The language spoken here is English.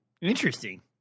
Interesting